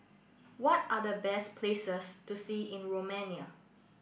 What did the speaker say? what are the best places to see in Romania